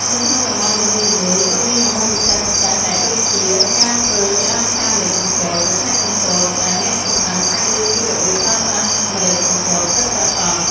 នៅក្នុងតំបន់នីមួយៗក៏មានម្ហូបពិសេសៗដែរដូចជា ការធ្វើ ក្តាមឆាម្រេចកំពត នៅខេត្តកំពត ដែលអ្នកចម្អិនអាចរៀនពីរបៀបប្រើប្រាស់ម្រេចកំពតពិតប្រាកដ។